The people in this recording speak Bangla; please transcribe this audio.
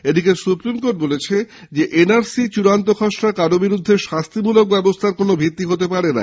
এদিকে সুপ্রিম কোর্ট বলেছেন এন আর সি চূড়ান্ত খসড়া কারোর বিরুদ্ধে শাস্তিমূলক ব্যবস্হার কোন ভিত্তি হতে পারে না